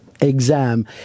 exam